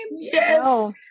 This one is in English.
Yes